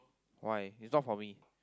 why it's not for me